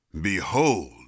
Behold